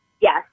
Yes